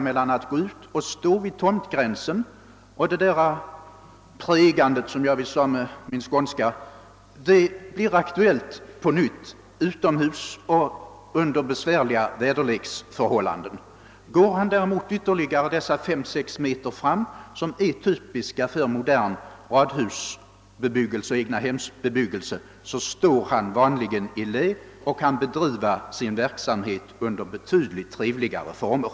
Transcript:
Han kan gå och och stå vid tomtgränsen, och det där pregandet — som jag säger på min skånska — blir aktuellt på nytt utomhus och under besvärliga väderleksförhållanden. Väljer brevbäraren däremot att gå ytterligare fem eller sex meter framåt — det är ungefär den sträcka som blir aktuell när det gäller modern radhusbebyggelse och egnahemsbebyggelse — så får han vanligen stå i lä och kan bedriva sin verksamhet under betydligt trevligare former.